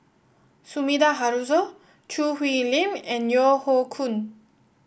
Sumida Haruzo Choo Hwee Lim and Yeo Hoe Koon